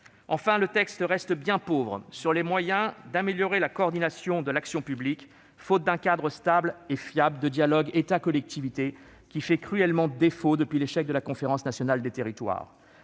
Enfin, le texte reste bien pauvre sur les moyens d'améliorer la coordination de l'action publique, faute d'un cadre stable et fiable de dialogue entre l'État et les collectivités, qui fait cruellement défaut depuis l'échec de la Conférence nationale des territoires.